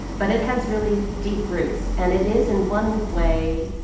but it has really deep roots. and it is, in one way,